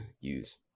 use